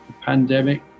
pandemic